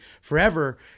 forever